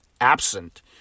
absent